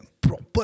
proper